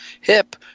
hip